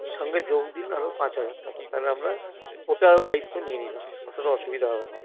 এর সঙ্গে যোগ দিন আরও পাঁচ হাজার টাকা তাহলে আমরা ওটাও দায়িত্ব নিয়ে নিলাম কোনো অসুবিধা হবে না